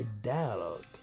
dialogue